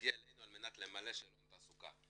מגיע אלינו על מנת למלא שאלון תעסוקה.